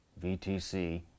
VTC